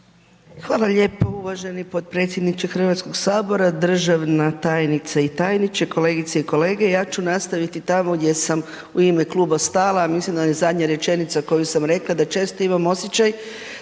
Hvala lijepo uvaženi potpredsjedniče HS, državna tajnice i tajniče, kolegice i kolege, ja ću nastaviti tamo gdje sam u ime kluba stala, mislim da mi je zadnja rečenica koju sam rekla da često imam osjećaj